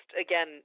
again